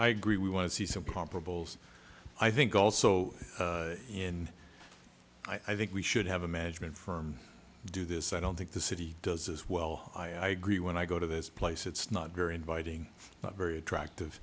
i agree we want to see some proper bulls i think also in i think we should have a management firm do this i don't think the city does as well i agree when i go to this place it's not very inviting but very attractive